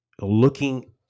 looking